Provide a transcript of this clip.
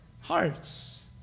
Hearts